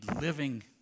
living